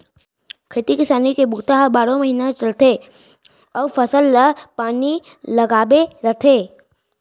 खेती किसानी के बूता ह बारो महिना चलथे अउ फसल ल पानी लागबे करथे